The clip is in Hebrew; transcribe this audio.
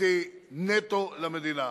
התנדבותי נטו למדינה.